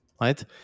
right